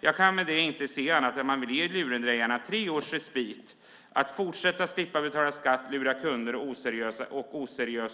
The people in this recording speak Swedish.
Jag kan inte se det som något annat än att man ger lurendrejarna tre års respit att fortsätta slippa betala skatt, lura kunder och